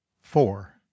four